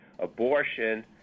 abortion